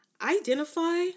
identify